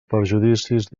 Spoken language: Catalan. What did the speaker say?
perjudicis